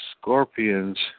scorpions